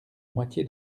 moitié